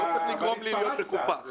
לא צריך לגרום לי להיות מקופח.